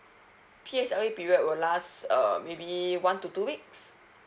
P_S_L_E period will last uh maybe one to two weeks